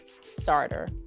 starter